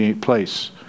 place